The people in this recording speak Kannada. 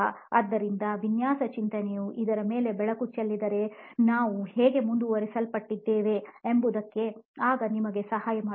ಆದ್ದರಿಂದ ವಿನ್ಯಾಸ ಚಿಂತನೆಯು ಇದರ ಮೇಲೆ ಬೆಳಕು ಚೆಲ್ಲಿದರೆ ನಾವು ಹೇಗೆ ಮುಂದುವರಿಯಲಿದ್ದೇವೆ ಎಂಬುದಕ್ಕೆ ಆಗ ನಿಮಗೆ ಸಹಾಯ ಮಾಡುತ್ತದೆ